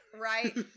right